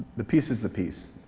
the piece is the piece,